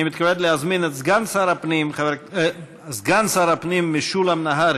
אני מתכבד להזמין את סגן שר הפנים משולם נהרי